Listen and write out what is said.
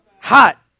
hot